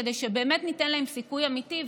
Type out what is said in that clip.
כדי שבאמת ניתן להם סיכוי אמיתי,